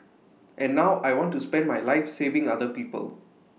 and now I want to spend my life saving other people